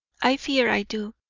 i fear i do.